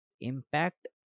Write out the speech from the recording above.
Impact